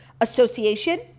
Association